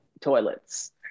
toilets